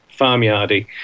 farmyardy